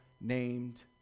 named